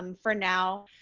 um for now,